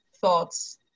thoughts